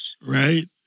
right